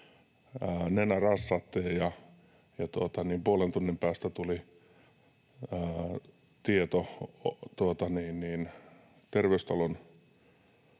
Nenä rassattiin, ja puolen tunnin päästä tuli tieto Terveystalon